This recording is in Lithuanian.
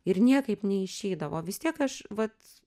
ir niekaip neišeidavo vis tiek aš vat